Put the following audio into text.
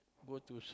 go to